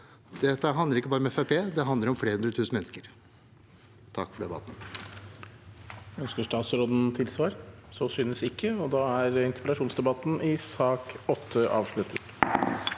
Dette handler ikke bare om Fremskrittspartiet, det handler om flere hundre tusen mennesker. Takk for debatten.